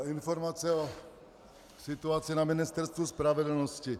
Informace o situaci na Ministerstvu spravedlnosti.